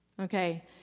Okay